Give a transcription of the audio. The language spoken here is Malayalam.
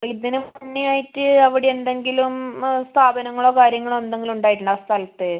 ഇതിന് മുന്നേ ആയിട്ട് അവിടെ എന്തെങ്കിലും സ്ഥാപനങ്ങളോ കാര്യങ്ങളോ എന്തെങ്കിലും ഉണ്ടായിട്ടുണ്ടോ ആ സ്ഥലത്ത്